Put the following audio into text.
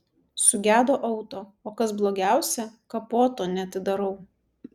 sugedo auto o kas blogiausia kapoto neatidarau